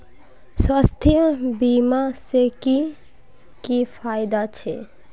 स्वास्थ्य बीमा से की की फायदा छे?